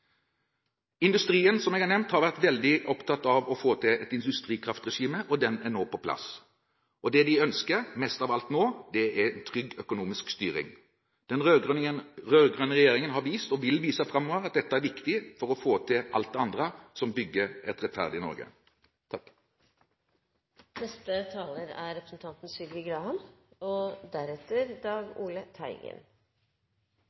Industrien har, som jeg har nevnt, vært veldig opptatt av å få til et industrikraftregime, og det er nå på plass. Det de ønsker mest av alt nå, er trygg økonomisk styring. Den rød-grønne regjeringen har vist – og vil vise framover – at dette er viktig for å få til alt det andre som bygger et rettferdig Norge. Ifølge EUs målemetode for fattigdom var det i